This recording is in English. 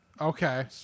okay